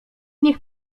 nich